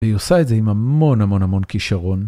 והיא עושה את זה עם המון המון המון כישרון.